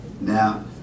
Now